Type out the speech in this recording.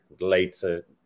later